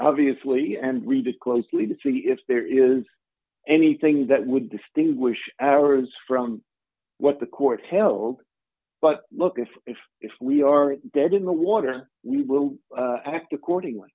obviously and read it closely to see if there is anything that would distinguish errors from what the court held but look if if if we are dead in the water we will act accordingly